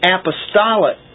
Apostolic